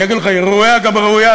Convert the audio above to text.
אני אגיד לך: היא ראויה גם ראויה,